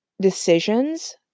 decisions